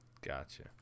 Gotcha